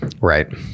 right